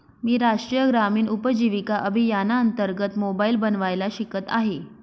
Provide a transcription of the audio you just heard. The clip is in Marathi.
मी राष्ट्रीय ग्रामीण उपजीविका अभियानांतर्गत मोबाईल बनवायला शिकत आहे